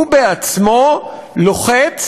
הוא בעצמו לוחץ